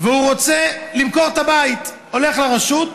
והוא רוצה למכור את הבית, הוא הולך לרשות,